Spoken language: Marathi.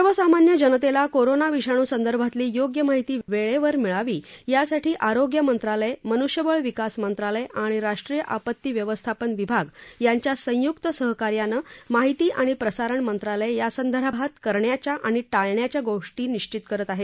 सर्वसामान्य जनतेला कोरोना विषाणूसंदर्भातली योग्य माहिती वेळेवर मिळावी यासाठी आरोग्य मंत्रालय मनुष्यबळ विकास मंत्रालय आणि राष्ट्रीय आपत्ती व्यवस्थापन विभाग यांच्या संयुक्त सहकार्यानं माहिती आणि प्रसारण मंत्रालय यासंदर्भात करण्याच्या आणि टाळण्याच्या गोष्टी निश्वित करत आहे